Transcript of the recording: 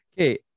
okay